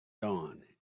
dawn